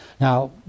Now